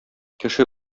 кеше